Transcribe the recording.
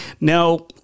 Now